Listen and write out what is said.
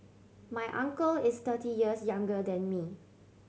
my uncle is thirty years younger than me